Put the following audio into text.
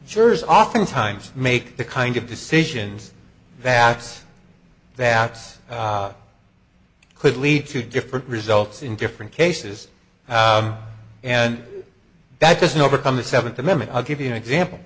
jurors oftentimes make the kind of decisions vacs that's could lead to different results in different cases and that doesn't overcome the seventh amendment i'll give you an example